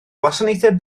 gwasanaethau